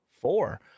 four